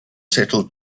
settled